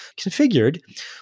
configured